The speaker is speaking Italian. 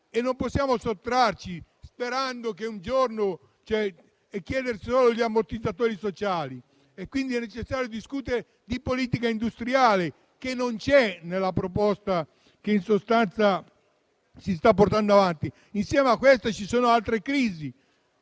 Non possiamo sottrarci, sperando che un giorno tutto si risolva, e chiedere solo gli ammortizzatori sociali. È necessario discutere di politica industriale, che non c'è nella proposta che si sta portando avanti. Insieme a questa ci sono anche altre crisi.